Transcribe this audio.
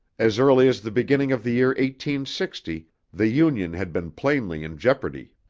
as early as the beginning of the year sixty the union had been plainly in jeopardy.